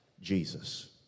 Jesus